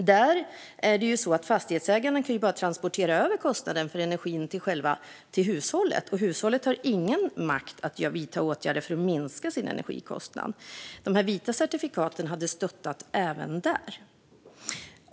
Där kan fastighetsägarna transportera över kostnaden för energin till hushållen, och hushållen har ingen makt att vidta åtgärder för att minska sin energikostnad. De vita certifikaten hade stöttat även där.